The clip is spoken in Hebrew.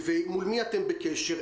מול מי אתם בקשר?